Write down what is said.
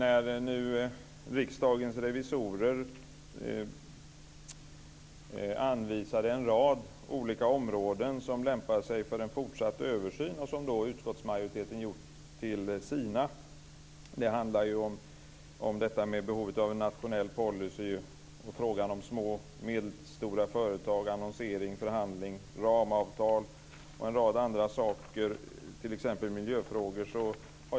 Fru talman! Riksdagens revisorer anvisar en rad olika områden som lämpar sig för en fortsatt översyn, vilka utskottsmajoriteten gjort till sina. Det handlar om detta med behovet av en nationell policy, frågan om små och medelstora företag, annonsering, förhandling, ramavtal, miljöfrågor och en rad andra frågor.